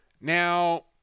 now